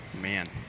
Man